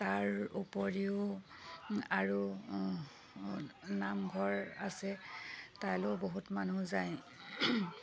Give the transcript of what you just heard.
তাৰ উপৰিও আৰু নামঘৰ আছে তালৈয়ো বহুত মানুহ যায়